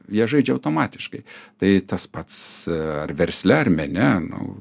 jie žaidžia automatiškai tai tas pats ar versle ar mene nu